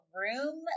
room